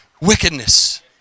wickedness